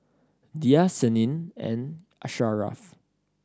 Dhia Senin and Asharaff